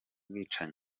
bwicanyi